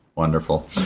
Wonderful